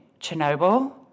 Chernobyl